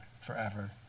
forever